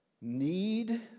need